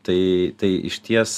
tai tai išties